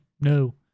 No